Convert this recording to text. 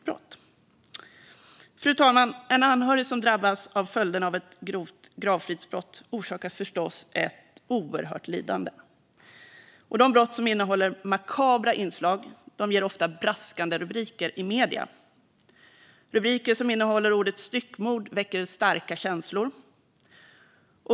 En anhörig som drabbats av följderna av ett grovt gravfridsbrott orsakas förstås ett oerhört lidande. Och de brott som innehåller makabra inslag ger ofta braskande rubriker i medierna. Rubriker som innehåller ordet "styckmord" väcker starka känslor.